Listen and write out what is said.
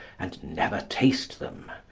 and never taste them.